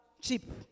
cheap